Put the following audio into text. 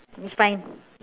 is fine